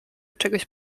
czegoś